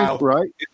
right